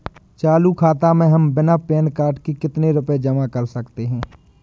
चालू खाता में हम बिना पैन कार्ड के कितनी रूपए जमा कर सकते हैं?